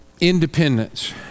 independence